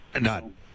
None